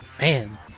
Man